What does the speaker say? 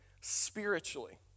spiritually